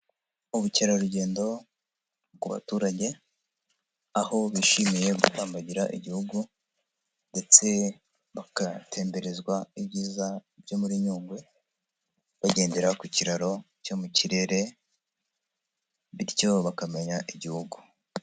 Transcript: Ubukerarugendo ku baturage aho bishimiye gutambagira igihugu ndetse bakanatemberezwa ibyiza byo muri nyungwe, bagendera ku kiraro cyo mu kirere bityo bakamenya igihugu.